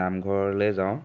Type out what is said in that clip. নামঘৰলৈ যাওঁ